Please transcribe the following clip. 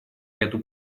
эту